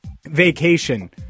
Vacation